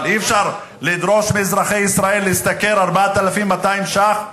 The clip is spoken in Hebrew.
אבל אי-אפשר לדרוש מאזרחי ישראל להשתכר 4,200 ש"ח,